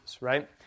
right